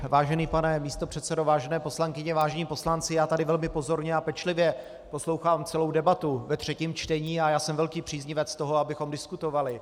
Vážený pane místopředsedo, vážené poslankyně, vážení poslanci, já tu velmi pozorně a pečlivě poslouchám celou debatu ve třetím čtení a já jsem velký příznivec toho, abychom diskutovali.